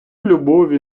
любові